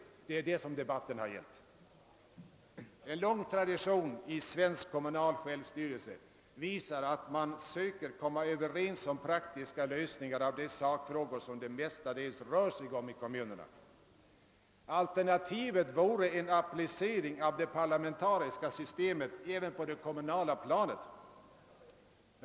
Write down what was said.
En lång tradition i svensk kommunal självstyrelse visar att man söker komma överens om praktiska lösningar av de sakfrågor som det mestadels rör sig om i kommunerna. Alternativet vore en applicering av det parlamentariska systemet även på det kommunala planet.